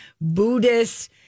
Buddhist